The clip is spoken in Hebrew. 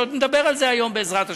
ועוד נדבר על זה היום בעזרת השם.